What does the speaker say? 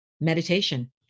meditation